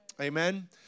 Amen